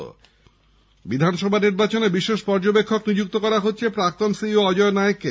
এরাজ্যে বিধানসভা নির্বাচনে বিশেষ পর্যবেক্ষক নিযুক্ত করা হচ্ছে প্রাক্তন সিইও অজয় নায়েককে